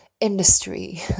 industry